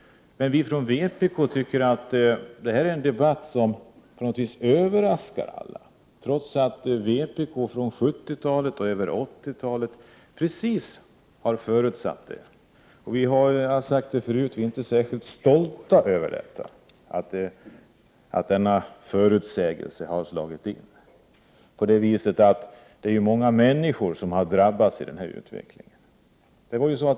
Men vi från vpk tycker att detta verkar vara en debatt som på något vis överraskar alla, trots att vpk från 70-talet över 80-talet precis har förutsagt detta. Vi är, det har jag sagt förut, inte särskilt stolta över att denna förutsägelse har slagit in. Det är ju många människor som har drabbats av den här utvecklingen.